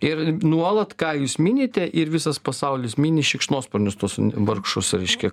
ir nuolat ką jūs minite ir visas pasaulis mini šikšnosparnius tuos vargšus reiškia